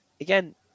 again